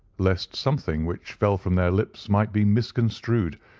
lest something which fell from their lips might be misconstrued,